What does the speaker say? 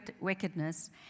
wickedness